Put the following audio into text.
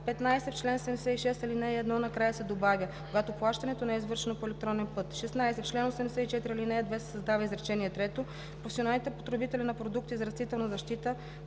В чл. 76, ал. 1 накрая се добавя „когато плащането не е извършено по електронен път“. 16. В чл. 84, ал. 2 се създава изречение трето: „Професионалните потребители на продукти за растителна защита